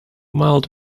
mild